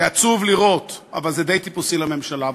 זה עצוב לראות, אבל זה די טיפוסי לממשלה.